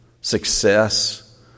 success